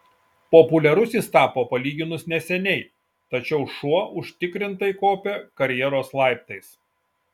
populiarus jis tapo palyginus neseniai tačiau šuo užtikrintai kopia karjeros laiptais